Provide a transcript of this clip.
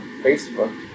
Facebook